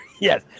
Yes